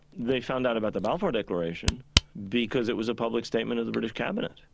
they found out about the balfour declaration because it was a public statement of the british cabinet.